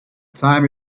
time